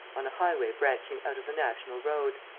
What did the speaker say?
on a highway branching out of the national road.